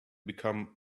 become